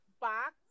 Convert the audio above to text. box